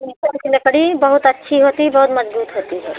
शीशम की लकड़ी बहुत अच्छी होती बहुत मज़बूत होती है